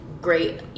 great